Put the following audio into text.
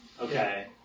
Okay